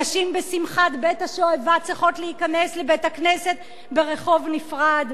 נשים בשמחת בית-השואבה צריכות להיכנס לבית-הכנסת ברחוב נפרד,